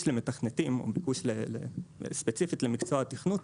למתכנתים או ביקוש ספציפית למקצוע התכנות,